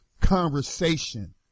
conversation